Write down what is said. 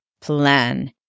plan